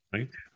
Right